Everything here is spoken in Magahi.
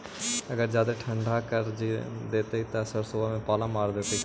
अगर जादे ठंडा कर देतै तब सरसों में पाला मार देतै का?